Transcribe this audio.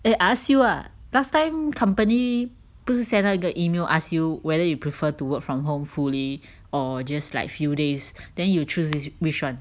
eh I ask you ah last time company 不是 send 到一个 email ask you whether you prefer to work from home fully or just like few days then you choose is which one